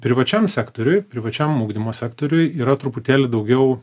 privačiam sektoriuj privačiam ugdymo sektoriuj yra truputėlį daugiau